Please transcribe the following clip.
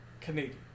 Canadian